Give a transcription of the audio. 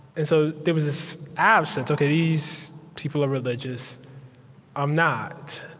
and so there was this absence ok, these people are religious i'm not.